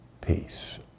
peace